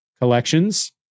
collections